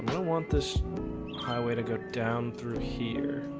i want this highway to go down through here